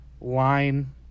line